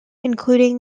including